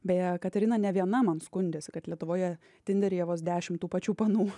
beje katerina ne viena man skundėsi kad lietuvoje tinderyje vos dešim tų pačių panų